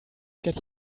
get